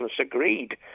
agreed